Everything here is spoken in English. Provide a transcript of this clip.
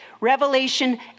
revelation